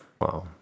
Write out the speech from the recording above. Wow